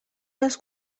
dels